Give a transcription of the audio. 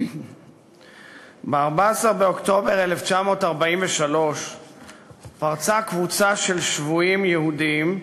ב-14 באוקטובר 1943 פרצה קבוצה של שבויים יהודים,